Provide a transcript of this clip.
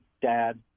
dad